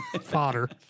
Fodder